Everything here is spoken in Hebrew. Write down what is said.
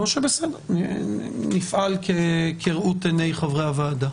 או שנפעל כראות עיני חברי הוועדה.